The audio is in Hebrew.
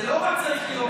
זה לא רק להפך,